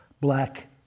black